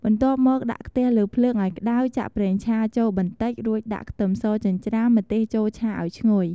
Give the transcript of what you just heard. បន្ទាប់មកដាក់ខ្ទះលើភ្លើងឱ្យក្តៅ ចាក់ប្រេងឆាចូលបន្តិច រួចដាក់ខ្ទឹមសចិញ្ច្រាំ ម្ទេសចូលឆាឱ្យឈ្ងុយ។